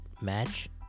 match